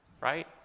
right